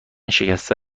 شکسته